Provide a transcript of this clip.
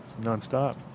nonstop